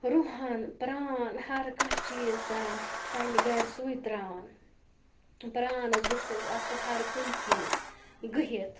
رۄہَن پران ہَر کانٛہہ چیٖز کَران پنٛنہِ گَرِ سُے تراوان پرانَس گوٚژھ اَسہِ آسُن ہَر کُنہِ سِنِس گٔہِتھ